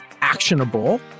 actionable